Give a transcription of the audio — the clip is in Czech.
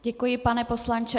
Děkuji, pane poslanče.